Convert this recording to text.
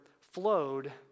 flowed